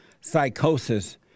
psychosis